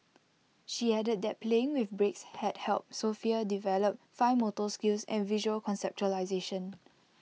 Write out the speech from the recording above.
she added that playing with bricks had helped Sofia develop fine motor skills and visual conceptualisation